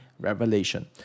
Revelation